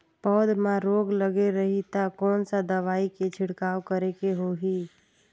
पौध मां रोग लगे रही ता कोन सा दवाई के छिड़काव करेके होही?